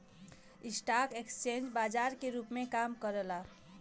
stock exchange बाजार के रूप में काम करला